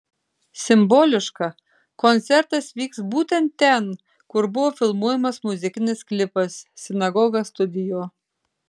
simboliška koncertas vyks būtent ten kur buvo filmuojamas muzikinis klipas sinagoga studio